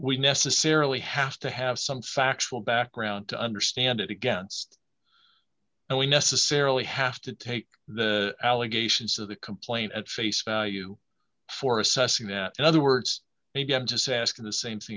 we necessarily has to have some factual background to understand it against and we necessarily have to take the allegations of the complaint at face value for assessing that in other words maybe having to say ask in the same